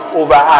over